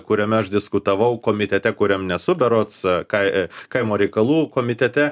kuriame aš diskutavau komitete kuriam nesu berods kai kaimo reikalų komitete